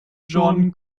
john